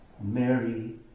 Mary